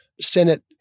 Senate